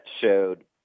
showed